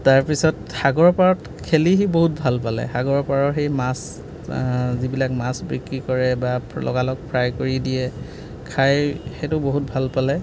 তাৰপিছত সাগৰৰ পাৰত খেলি সি বহুত ভাল পালে সাগৰৰ পাৰৰ সেই মাছ যিবিলাক মাছ বিক্ৰী কৰে বা লগালগ ফ্ৰাই কৰি দিয়ে খাই সেইটো বহুত ভাল পালে